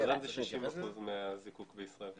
בז"ן הוא 60 אחוזים מהזיקוק בישראל.